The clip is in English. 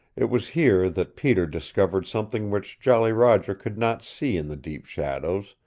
it was here that peter discovered something which jolly roger could not see in the deep shadows,